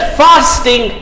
fasting